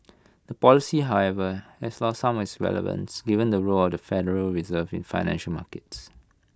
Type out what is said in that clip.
the policy however has lost some of its relevance given the role of the federal reserve in financial markets